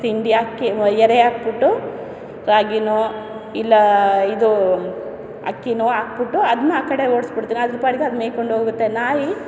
ತಿಂಡಿ ಆಕಿ ವೈಯ್ಯಾರ ಹಾಕ್ಬಿಟ್ಟು ರಾಗಿನೋ ಇಲ್ಲ ಇದು ಅಕ್ಕಿನೋ ಹಾಕ್ಬಿಟ್ಟು ಅದನ್ನ ಆ ಕಡೆ ಓಡಿಸ್ಬಿಡ್ತೀನಿ ಅದ್ರ ಪಾಡಿಗೆ ಅದು ಮೇಯ್ಕೊಂಡು ಹೋಗುತ್ತೆ ನಾಯಿ